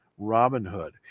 Robinhood